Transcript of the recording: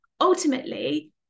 ultimately